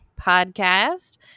podcast